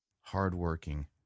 hardworking